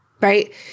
right